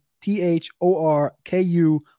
T-H-O-R-K-U